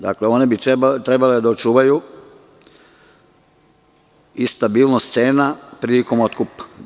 Dakle, one bi trebale da očuvaju stabilnost cena prilikom otkupa.